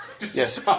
Yes